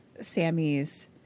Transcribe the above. Sammy's